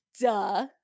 Duh